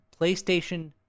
PlayStation